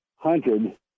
hunted